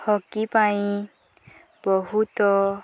hockey ପାଇଁ ବହୁତ